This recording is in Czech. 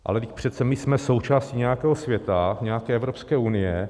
Ale vždyť přece my jsme součástí nějakého světa, nějaké Evropské unie.